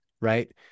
right